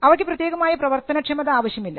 അവക്ക് പ്രത്യേകമായ പ്രവർത്തനക്ഷമത ആവശ്യമില്ല